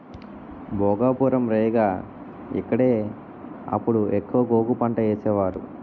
భోగాపురం, రేగ ఇక్కడే అప్పుడు ఎక్కువ గోగు పంటేసేవారు